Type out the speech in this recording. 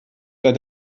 seit